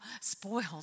spoiled